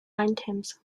items